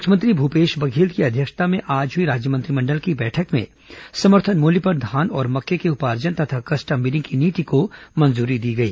मुख्यमंत्री भूपेश बघेल की अध्यक्षता में आज हुई राज्य मंत्रिमंडल की बैठक में समर्थन मूल्य पर धान और मक्के के उपार्जन तथा कस्टम मिलिंग की नीति को मंजूरी दी गई